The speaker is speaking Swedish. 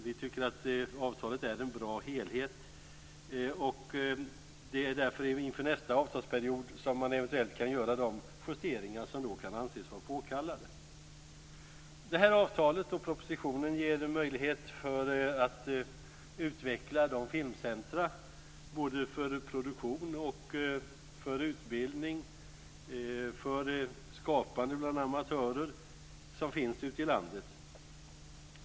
Vi tycker att avtalet är en bra helhet. Det är därför inför nästa avtalsperiod som man eventuellt kan göra de justeringar som då kan anses vara påkallade. Avtalet och propositionen ger möjlighet att utveckla de filmcentrum för produktion, utbildning och skapande för amatörer som finns ute i landet.